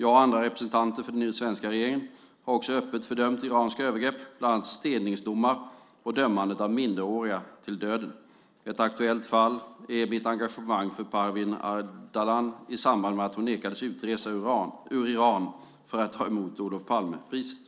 Jag och andra representanter för den svenska regeringen har också öppet fördömt iranska övergrepp, bland annat steningsdomar och dömandet av minderåriga till döden. Ett aktuellt fall är mitt engagemang för Parvin Ardalan i samband med att hon nekades utresa ur Iran för att ta emot Olof Palmepriset.